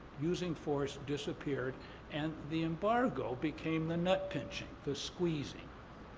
using force disappeared and the embargo became the nut pinching, the squeezy.